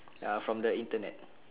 ya from the internet